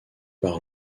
par